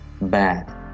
bad